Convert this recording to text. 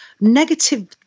negative